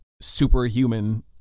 superhuman